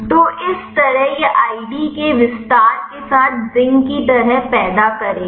तो इसी तरह यह आईडी के विस्तार के साथ जिंक की तरह पैदा करेगा